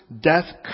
Death